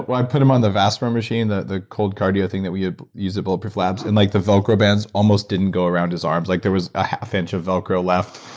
i put him on the vasper um machine, machine, that the cold cardio thing that we use at bulletproof labs, and like the velcro bands almost didn't go around his arms. like, there was a half inch of velcro left.